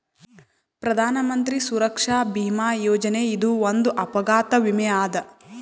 ಪ್ರಧಾನ್ ಮಂತ್ರಿ ಸುರಕ್ಷಾ ಭೀಮಾ ಯೋಜನೆ ಇದು ಒಂದ್ ಅಪಘಾತ ವಿಮೆ ಅದ